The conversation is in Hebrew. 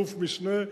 אלוף-משנה,